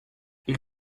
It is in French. ils